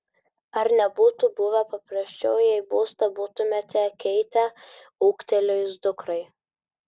ar nebūtų buvę paprasčiau jei būstą būtumėte keitę ūgtelėjus dukrai